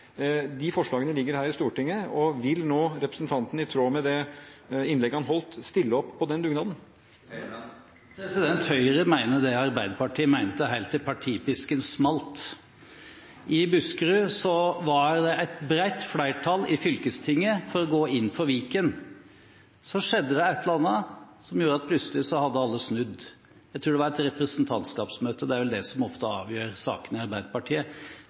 De forslagene ligger her i Stortinget. Vil representanten, i tråd med det innlegget han holdt, stille opp på den dugnaden? Høyre mener det Arbeiderpartiet mente helt til partipisken smalt. I Buskerud var det et bredt flertall i fylkestinget for å gå inn for Viken. Så skjedde det et eller annet som gjorde at plutselig hadde alle snudd. Jeg tror det var et representantskapsmøte, det er vel ofte det som avgjør sakene i Arbeiderpartiet.